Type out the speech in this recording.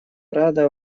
рада